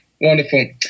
Wonderful